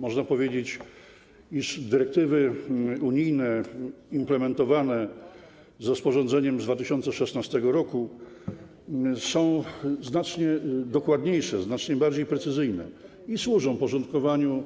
Można powiedzieć, iż dyrektywy unijne implementowane rozporządzeniem z 2016 r. są znacznie dokładniejsze, znacznie bardziej precyzyjne i służą porządkowaniu